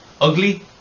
ugly